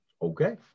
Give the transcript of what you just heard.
Okay